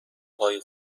های